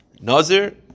Nazir